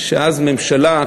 שאז הממשלה,